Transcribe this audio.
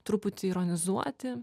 truputį ironizuoti